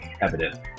evident